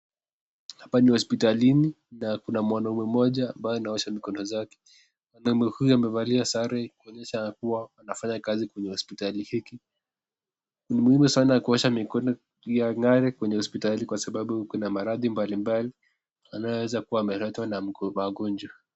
Hapa ni hospitalini na kuna mwanaume mmoja ambaye anaosha mikono zake. Mwanaume huyo amevalia sare kuonyesha kuwa anafanya kazi kwenye hospitali hiki. Ni muhimu sana kuosha mikono yang'are kwenye hospitali kwa sababu kuna maradhi mbali mbali yanayoweza kuwa yameletwa na magonjwa.